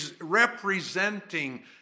representing